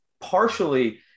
partially